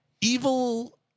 evil